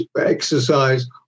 exercise